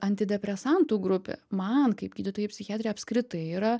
antidepresantų grupė man kaip gydytojai psichiatrei apskritai yra